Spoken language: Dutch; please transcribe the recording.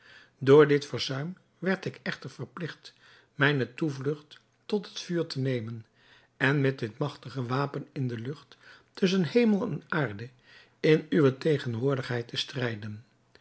door dit verzuim werd ik echter verpligt mijne toevlugt tot het vuur te nemen en met dit magtige wapen in de lucht tusschen hemel en aarde in uwe tegenwoordigheid te strijden